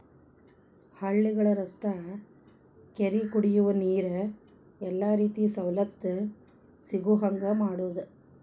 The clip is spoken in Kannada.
ಹಳ್ಳಿಗಳ ರಸ್ತಾ ಕೆರಿ ಕುಡಿಯುವ ನೇರ ಎಲ್ಲಾ ರೇತಿ ಸವಲತ್ತು ಸಿಗುಹಂಗ ಮಾಡುದ